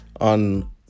on